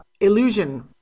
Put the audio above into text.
illusion